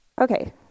okay